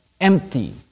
Empty